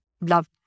love